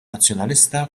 nazzjonalista